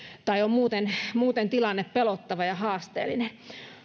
tai tilanne on muuten pelottava ja haasteellinen